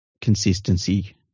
consistency